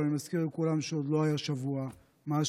אבל אני מזכיר לכולם שעוד לא היה שבוע מאז